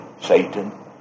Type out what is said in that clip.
Satan